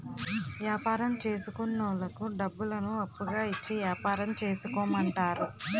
యాపారం చేసుకున్నోళ్లకు డబ్బులను అప్పుగా ఇచ్చి యాపారం చేసుకోమంటారు